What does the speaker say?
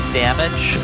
damage